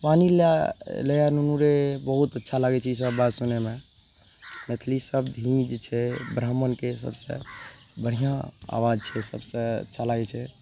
पानि लए ले आओर नुनूरे बहुत अच्छा लागय छै ई सभ सुनयमे मैथिली शब्द ही जे छै ब्रह्माणके सभसँ बड़ा बढ़िआँ आवाज छै सभसँ अच्छा लागय छै